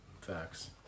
Facts